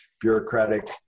bureaucratic